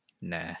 Nah